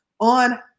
on